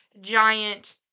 giant